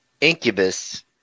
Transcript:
Incubus